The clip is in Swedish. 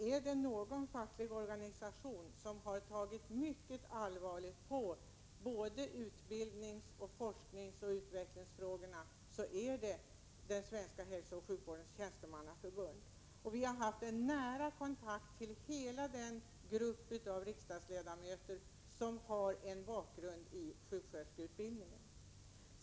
Är det någon facklig organisation som har tagit mycket allvarligt på både utbildningsfrågorna och forskningsoch utvecklingsfrågorna är det Svenska hälsooch sjukvårdens tjänstemannaförbund. Vi har haft nära kontakt med hela den grupp riksdagsledamöter som har en bakgrund i sjuksköterskeutbildningen.